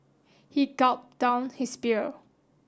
he gulped down his beer